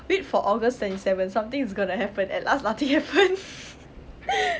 wait for august twenty seven something is going to happen at last nothing happen